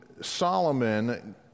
Solomon